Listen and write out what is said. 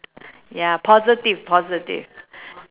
ya positive positive